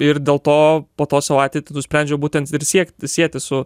ir dėl to po to savo ateitį nusprendžiau būtent ir siekti sieti su